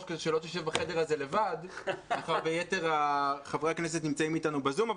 כדי שלא תשב לבד מאחר ויתר חברי הכנסת נמצאים איתנו בזום.